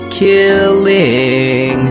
killing